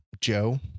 Joe